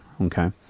Okay